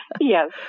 Yes